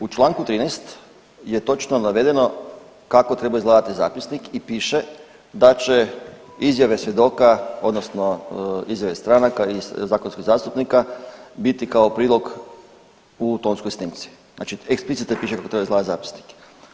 U čl. 13 je točno navedeno kako treba izgledati zapisnik i piše da će izjave svjedoka odnosno izjave stranaka i zakonskih zastupnika biti kao prilog u tonskoj snimci, znači eksplicite piše kako treba izgledati zapisnik.